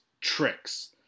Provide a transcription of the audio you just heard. tricks